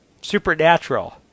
Supernatural